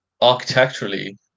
architecturally